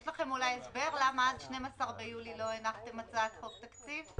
יש לכם אולי הסבר למה עד 12 ביולי לא הנחתם הצעת חוק תקציב?